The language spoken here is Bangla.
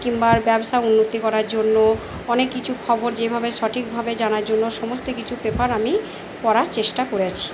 কিংবা ব্যবসা উন্নতি করার জন্য অনেক কিছু খবর যেভাবে সঠিকভাবে জানার জন্য সমস্ত কিছু পেপার আমি পড়ার চেষ্টা করেছি